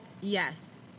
Yes